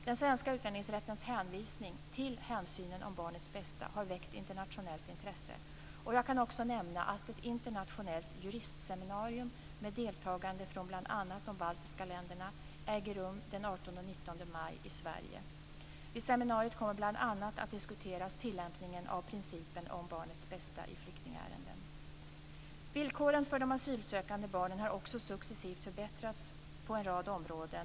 Den svenska utlänningsrättens hänvisning till hänsynen till barnets bästa har väckt internationellt intresse. Jag kan också nämna att ett internationellt juristseminarium med deltagande från bl.a. de baltiska länderna äger rum den 18 och 19 maj i Sverige. Vid seminariet kommer bl.a. tillämpningen av principen om barnets bästa i flyktingärenden att diskuteras. Villkoren för de asylsökande barnen har också successivt förbättrats på en rad områden.